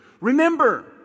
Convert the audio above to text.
remember